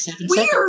weird